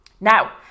Now